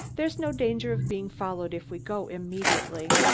there's no danger of being followed if we go immediately.